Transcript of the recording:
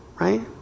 Right